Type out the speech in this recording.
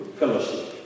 fellowship